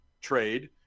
trade